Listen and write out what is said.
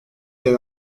yer